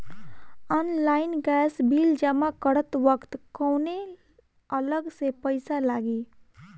Online gas bill जमा करत वक्त कौने अलग से पईसा लागी?